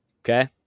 okay